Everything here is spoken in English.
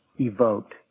evoked